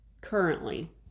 currently